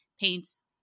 paints